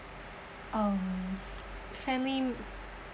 um family